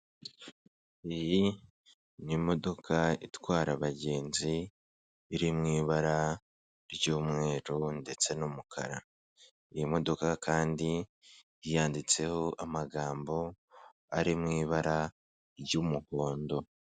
Iyi ni imodoka itwara abagenzi iri mu ibara ry'umweru ndetse n'umukara. Iyi modoka kandi yanditseho amagambo ari mu ibara ry'umuhondo.